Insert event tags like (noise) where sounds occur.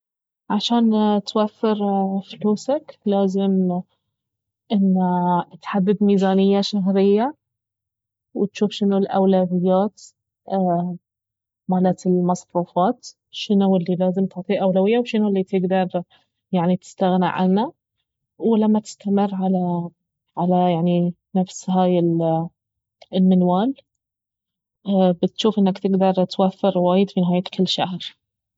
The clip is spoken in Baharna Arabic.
عشان توفر فلوسك لازم انه تحدد ميزانية شهرية وتجوف شنو الأولويات (hesitation) مالت المصروفات شنو الي لازم تعطيه أولوية وشنو الي تقدر يعني تستغنى عنه ولما تستمرعلى- على يعني نفس هاي ال- المنوال بتجوف انك تقدر توفر وايد في نهاية كل شهر